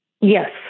Yes